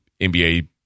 NBA